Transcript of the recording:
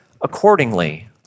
accordingly